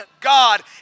God